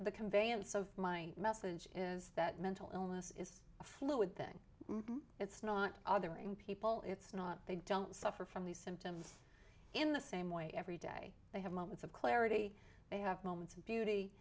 the conveyance of my message is that mental illness is a fluid thing it's not other in people it's not they don't suffer from these symptoms in the same way every day they have moments of clarity they have moments of beauty